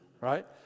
Right